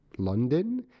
London